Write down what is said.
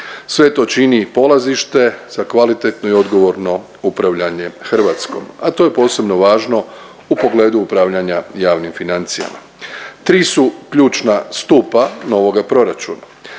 Sve to čini i polazište za kvalitetno i odgovorno upravljanje Hrvatskom, a to je posebno važno u pogledu upravljanja javnim financijama. Tri su ključna stupa novoga proračuna.